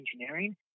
engineering